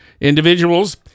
individuals